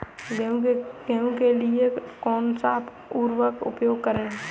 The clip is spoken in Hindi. गेहूँ के लिए कौनसा उर्वरक प्रयोग किया जाता है?